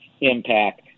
impact